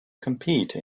compete